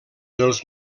dels